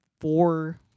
four